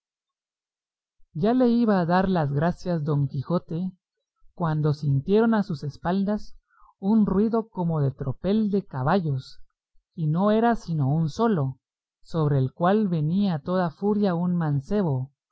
ya le iba a dar las gracias don quijote cuando sintieron a sus espaldas un ruido como de tropel de caballos y no era sino un solo sobre el cual venía a toda furia un mancebo